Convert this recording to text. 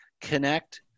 connect